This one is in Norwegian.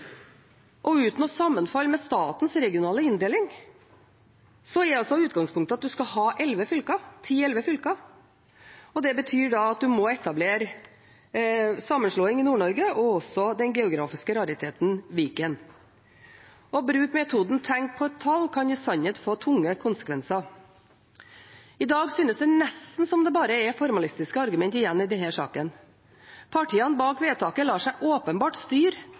og uten å sammenfalle med statens regionale inndeling er altså utgangspunktet at en skal ha elleve fylker – ti, elleve fylker – og det betyr at en må etablere sammenslåing i Nord-Norge og også den geografiske rariteten Viken. Å bruke metoden «tenk på et tall» kan i sannhet få tunge konsekvenser. I dag synes det nesten som om det bare er formalistiske argumenter igjen i denne saken. Partiene bak vedtaket lar seg åpenbart styre